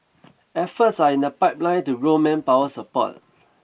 efforts are in the pipeline to grow manpower support